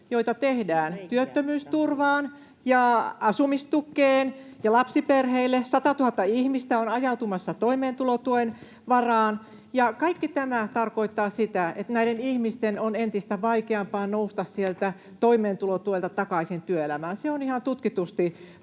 joita tehdään työttömyysturvaan ja asumistukeen ja lapsiperheille, 100 000 ihmistä on ajautumassa toimeentulotuen varaan — kaikki tämä tarkoittaa sitä, että näiden ihmisten on entistä vaikeampaa nousta sieltä toimeentulotuelta takaisin työelämään. Se on ihan tutkitusti